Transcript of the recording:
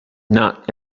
not